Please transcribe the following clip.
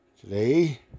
today